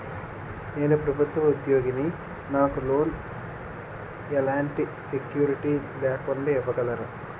నేను ప్రభుత్వ ఉద్యోగిని, నాకు లోన్ ఎలాంటి సెక్యూరిటీ లేకుండా ఇవ్వగలరా?